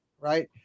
right